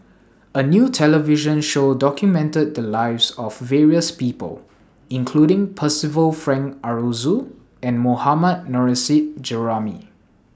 A New television Show documented The Lives of various People including Percival Frank Aroozoo and Mohammad Nurrasyid Juraimi